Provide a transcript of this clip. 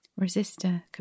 Resistor